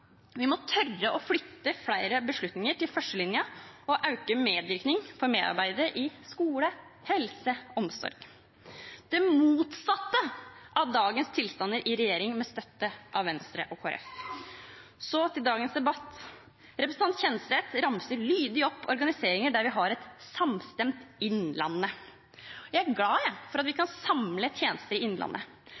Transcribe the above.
Vi må tørre å flytte flere beslutninger til førstelinjen og øke medvirkning for medarbeidere i skole, helse og omsorg – det motsatte av dagens tilstander med en regjering med støtte fra Venstre og Kristelig Folkeparti. Så til dagens debatt: Representanten Kjenseth ramser lydig opp organiseringer der vi har et samstemt Innlandet. Jeg er glad for at vi kan samle tjenester i Innlandet,